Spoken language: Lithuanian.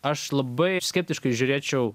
aš labai skeptiškai žiūrėčiau